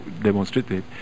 demonstrated